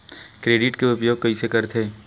Credit के उपयोग कइसे करथे?